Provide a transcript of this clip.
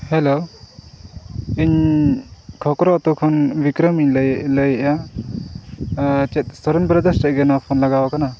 hello ᱤᱧ ᱠᱷᱚᱠᱨᱚ ᱟᱛᱳ ᱠᱷᱚᱱ ᱵᱤᱠᱨᱚᱢᱤᱧ ᱞᱟᱹᱭᱮᱫᱼᱟ ᱪᱮᱫ ᱥᱚᱨᱮᱱ ᱵᱨᱟᱫᱟᱨᱥ ᱴᱷᱮᱡᱜᱮ ᱱᱚᱣᱟ ᱯᱷᱳᱱ ᱞᱟᱜᱟᱣ ᱟᱠᱟᱱᱟ